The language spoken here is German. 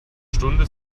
stunde